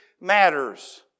matters